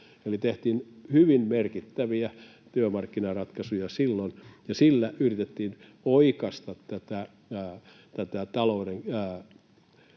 Eli tehtiin hyvin merkittäviä työmarkkinaratkaisuja silloin, ja niillä yritettiin oikaista tätä talouden